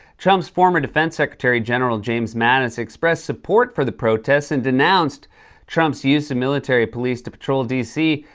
trump's former defense secretary, general james mattis, expressed support for the protests and denounced trump's use of military police to patrol d c.